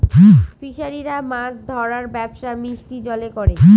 ফিসারিরা মাছ ধরার ব্যবসা মিষ্টি জলে করে